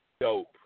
dope